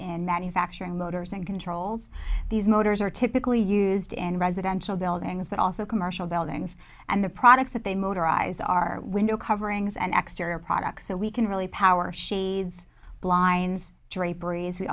in manufacturing motors and controls these motors are typically used in residential buildings but also commercial buildings and the products that they motorized are window coverings and exteriors products so we can really power shades blinds draperies we